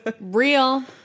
Real